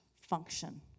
function